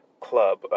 Club